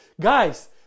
Guys